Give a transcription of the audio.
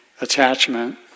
attachment